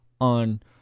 on